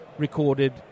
Recorded